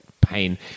pain